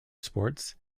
sports